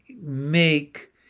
make